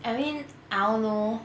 I mean I don't know